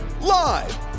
Live